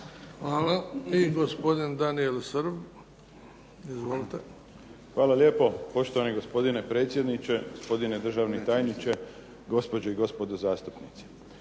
Hvala. I gospodin Daniel Srb, izvolite. **Srb, Daniel (HSP)** Hvala lijepo, poštovani gospodine predsjedniče. Gospodine državni tajniče, gospođe i gospodo zastupnici.